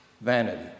vanity